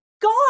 God